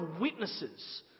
witnesses